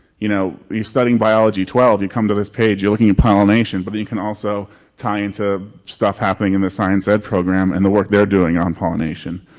you know you're studying biology twelve you come to this page, you're looking at pollination, but you can also tie into stuff happening in the science ed program and the work they're doing on pollination.